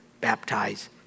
baptize